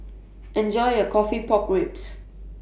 Enjoy your Coffee Pork Ribs